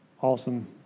awesome